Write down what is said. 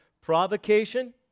provocation